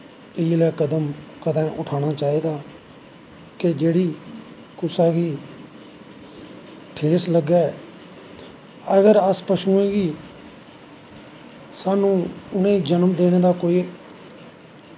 एह् जेहा कदम कदैं उठानां चाही दा कि जेह्ड़ी कुसा गी ठेस लग्गै अगर अस पशुएं गी साह्नू उनेंगी जन्म देनें दा कोई